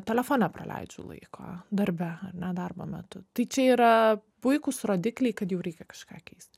telefone praleidžiu laiko darbe ar ne darbo metu tai čia yra puikūs rodikliai kad jau reikia kažką keist